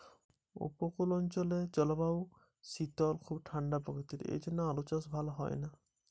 উপকূলীয় জলবায়ু অঞ্চলে আলুর চাষ ভাল না হওয়ার কারণ?